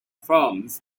forms